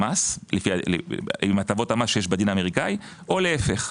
מס עם הטבות המס שיש בדין האמריקאי או להפך.